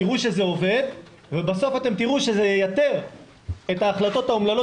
תראו שזה עובד ובסוף תראו שזה ייתר את ההחלטות האומללות